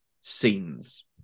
scenes